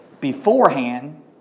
beforehand